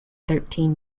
thirteen